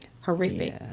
horrific